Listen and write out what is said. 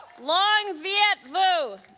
long viet vu